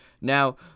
now